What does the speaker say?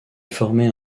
former